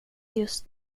just